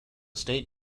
state